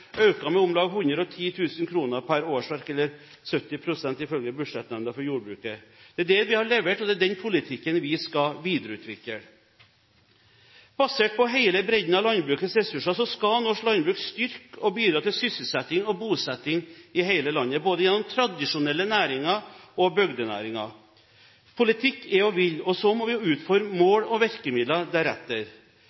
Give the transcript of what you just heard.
med om lag 110 000 kr per årsverk, eller 70 pst. ifølge Budsjettnemnda for jordbruket. Det er det vi har levert, og det er den politikken vi skal videreutvikle. Basert på hele bredden av landbrukets ressurser skal norsk landbruk styrke og bidra til sysselsetting og bosetting i hele landet, gjennom både tradisjonelle næringer og bygdenæringer. Politikk er å ville, og så må vi utforme